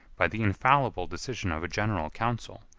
by the infallible decision of a general council,